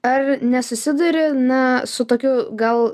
ar nesusiduri na su tokiu gal